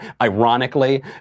Ironically